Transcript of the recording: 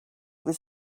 was